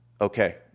okay